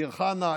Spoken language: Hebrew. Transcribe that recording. דיר חנא,